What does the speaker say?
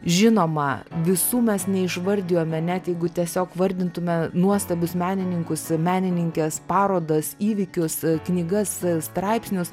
žinoma visų mes neišvardijome net jeigu tiesiog vardintume nuostabius menininkus menininkes parodas įvykius knygas straipsnius